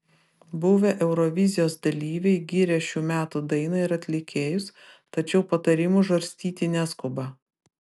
buvę eurovizijos dalyviai giria šių metų dainą ir atlikėjus tačiau patarimų žarstyti neskuba